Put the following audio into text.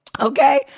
Okay